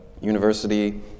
university